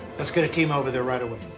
let's get a team over there right away.